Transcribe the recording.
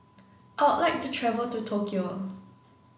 I would like to travel to Tokyo